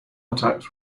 attacks